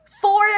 four